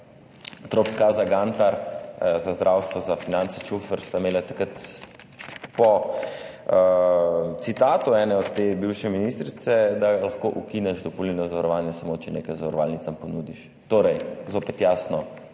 Trop Skaza, Gantar za zdravstvo, za finance Čufer, takrat. Po citatu ene te bivše ministrice, lahko ukineš dopolnilno zavarovanje samo, če nekaj zavarovalnicam ponudiš. Torej zopet jasno: